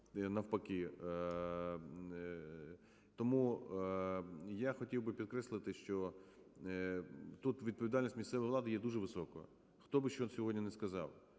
Тому я хотів би підкреслити, що тут відповідальність місцевої влади є дуже високою, хто би що сьогодні не сказав.